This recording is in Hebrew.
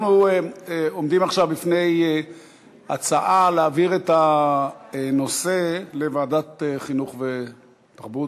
אנחנו עומדים עכשיו בפני הצעה להעביר את הנושא לוועדת החינוך והתרבות,